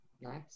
Nice